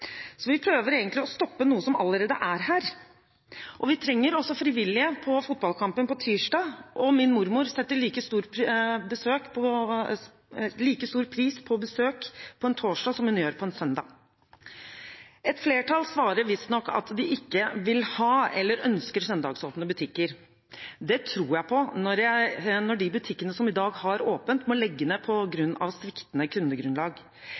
Vi prøver egentlig å stoppe noe som allerede er her. Vi trenger også frivillige på fotballkampen på tirsdag, og min mormor setter like stor pris på besøk på en torsdag som hun gjør på en søndag. Et flertall svarer visstnok at de ikke vil ha eller ønsker søndagsåpne butikker. Det tror jeg på, når de butikkene som i dag har åpent, må legge ned på grunn av sviktende kundegrunnlag.